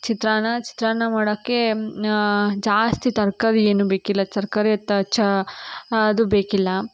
ಚಿತ್ರಾನ ಚಿತ್ರಾನ್ನ ಮಾಡೋಕ್ಕೆ ಜಾಸ್ತಿ ತರಕಾರಿ ಏನೂ ಬೇಕಿಲ್ಲ ತರಕಾರಿ ಅದು ಬೇಕಿಲ್ಲ